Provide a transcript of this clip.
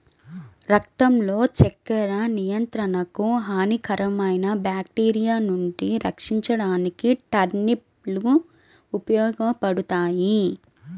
రక్తంలో చక్కెర నియంత్రణకు, హానికరమైన బ్యాక్టీరియా నుండి రక్షించడానికి టర్నిప్ లు ఉపయోగపడతాయి